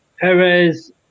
Perez